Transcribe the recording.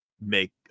make